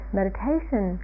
meditation